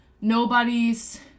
nobody's